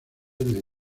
del